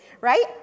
right